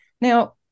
Now